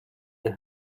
the